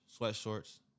sweatshorts